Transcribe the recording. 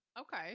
Okay